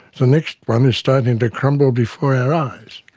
the next one is starting to crumble before our eyes.